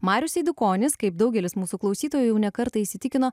marius eidukonis kaip daugelis mūsų klausytojų jau ne kartą įsitikino